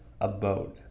abode